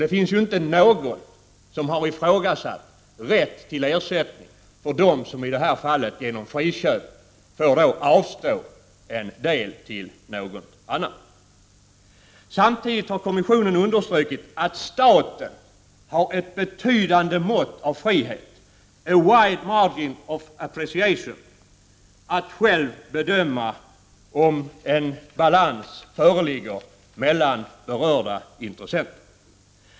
Det finns inte någon som har ifrågasatt rätt till ersättning för dem som i det här fallet genom friköp får avstå en del till någon annan. Samtidigt har kommissionen understrukit att staten har ett betydande mått av frihet — ”a wide margin of appreciation” — att själv bedöma om en balans föreligger mellan berörda intressen.